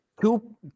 Two